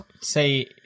say